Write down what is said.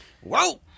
Whoa